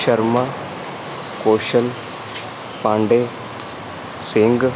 Sharma Kushal Pandey Singh